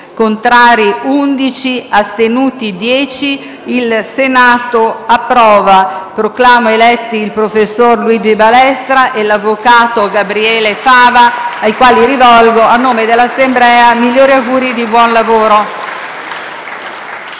Senato approva.** *(v. Allegato B).* Proclamo eletti il professor Luigi Balestra e l'avvocato Gabriele Fava, ai quali rivolgo, a nome dell'Assemblea, i migliori auguri di buon lavoro.